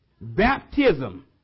Baptism